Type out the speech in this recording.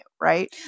right